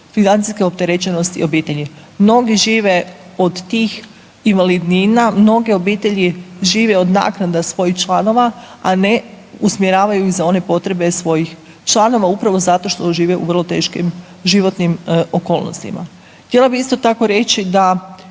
financijske opterećenosti obitelji. Mnogi žive od tih invalidnina, mnoge obitelji žive od naknade svojih članova, a ne usmjeravaju ih za one potrebe svojih članova, upravo zato što žive u vrlo teškim životnim okolnostima. Htjela bi isto tako reći da,